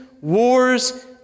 wars